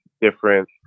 different